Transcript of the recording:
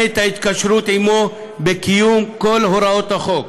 את ההתקשרות עמו בקיום כל הוראות החוק.